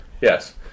Yes